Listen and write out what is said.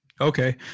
Okay